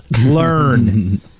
Learn